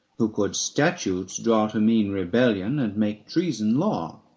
who could statutes draw to mean rebellion and make treason law.